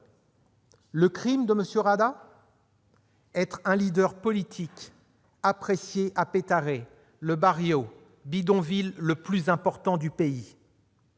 Le crime de M. Rada ? Être un leader politique apprécié à Petare, le- bidonville -le plus important du pays.